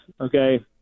okay